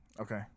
Okay